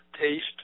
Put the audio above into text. taste